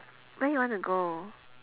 where you want to go